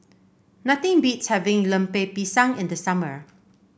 nothing beats having Lemper Pisang in the summer